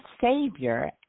Savior